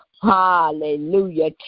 Hallelujah